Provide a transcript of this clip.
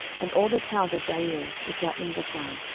and all the towns of jair, which are in bashan,